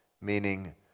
meaning